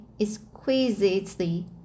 exquisitely